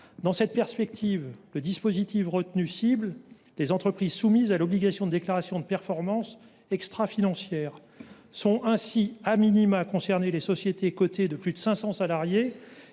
Dans cette perspective, le dispositif retenu cible des entreprises soumises à l’obligation de déclaration de performance extrafinancière. Sont ainsi concernées les sociétés cotées de plus de 500 salariés,